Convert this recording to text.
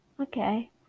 Okay